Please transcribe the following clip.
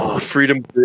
Freedom